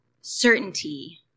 certainty